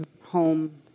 home